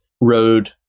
road